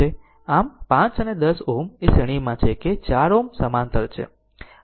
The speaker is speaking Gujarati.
આમ 5 અને 10 એ શ્રેણીમાં છે કે 4 Ω સમાંતર છે